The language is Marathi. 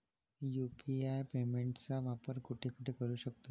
यु.पी.आय पेमेंटचा वापर कुठे कुठे करू शकतो?